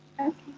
Okay